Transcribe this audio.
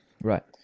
Right